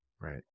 Right